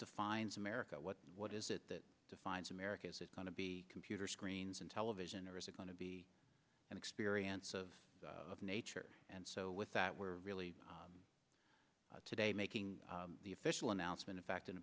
defines america what what is it that defines america's it's going to be computer screens and television or is it going to be an experience of nature and so with that we're really today making the official announcement in fact in